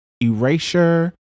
erasure